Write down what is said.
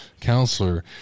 counselor